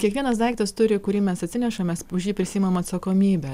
kiekvienas daiktas turi kurį mes atsinešam mes už jį prisiimam atsakomybę